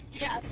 Yes